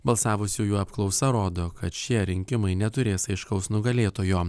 balsavusiųjų apklausa rodo kad šie rinkimai neturės aiškaus nugalėtojo